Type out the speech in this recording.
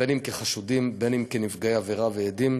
בין כחשודים ובין כנפגעי עבירה ועדים.